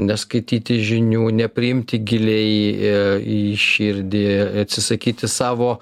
neskaityti žinių nepriimti giliai į širdį atsisakyti savo